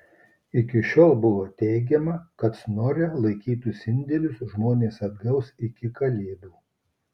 iki šiol buvo teigiama kad snore laikytus indėlius žmonės atgaus iki kalėdų